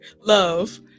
love